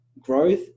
growth